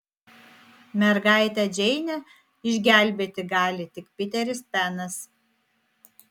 mergaitę džeinę išgelbėti gali tik piteris penas